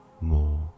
more